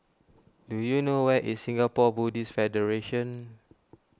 do you know where is Singapore Buddhist Federation